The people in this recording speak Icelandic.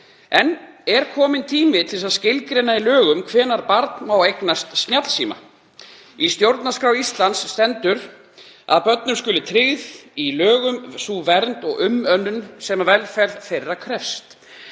En er kominn tími til að skilgreina í lögum hvenær barn má eignast snjallsíma? Í stjórnarskrá Íslands stendur að börnum skuli tryggð í lögum sú vernd og umönnun sem velferð þeirra krefst.